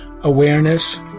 awareness